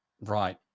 Right